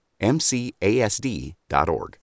MCASD.org